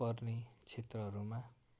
पर्ने क्षेत्रहरूमा